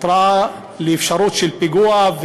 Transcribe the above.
התרעה על אפשרות של פיגוע,